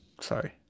Sorry